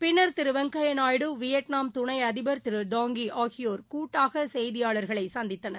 பின்னா் திரு வெங்கையா நாயுடு விட்நாம் துணை அதிபா் திரு டாங்தி ஆகியோா் கூட்டாக செய்தியாளர்களை சந்தித்தனர்